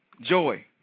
joy